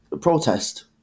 protest